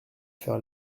faire